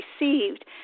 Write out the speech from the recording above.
received